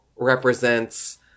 represents